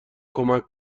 کمک